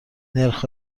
نرخ